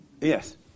Yes